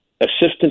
assistance